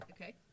Okay